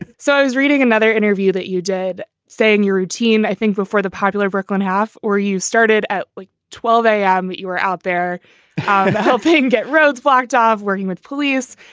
and so i was reading another interview that you did saying your routine. routine. i think before the popular brooklyn half or you started at like twelve a, um but you were out there helping get roadblocked ah of working with police.